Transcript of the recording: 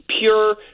pure